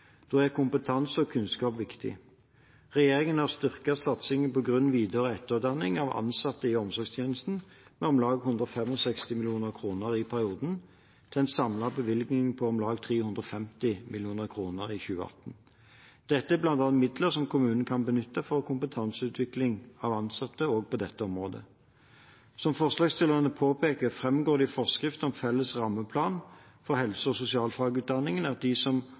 Da er kompetanse og kunnskap viktig. Regjeringen har styrket satsingen på grunn-, videre- og etterutdanning av ansatte i omsorgstjenesten med om lag 165 mill. kr i perioden, til en samlet bevilgning på om lag 350 mill. kr i 2018. Dette er midler som kommunene kan benytte til bl.a. kompetanseutvikling av ansatte på dette området. Som forslagsstillerne påpeker, framgår det i forskriften om felles rammeplan for helse- og sosialfagutdanninger at de som